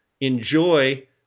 enjoy